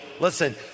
Listen